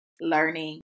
learning